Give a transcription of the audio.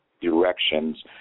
directions